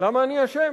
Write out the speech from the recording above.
למה אני אשם?